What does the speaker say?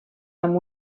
amb